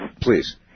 Please